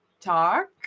talk